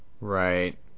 Right